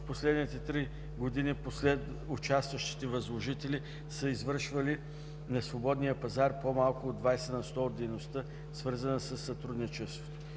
последните три години участващите възложители са извършвали на свободния пазар по-малко от 20 на сто от дейността, свързана със сътрудничеството;